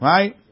Right